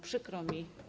Przykro mi.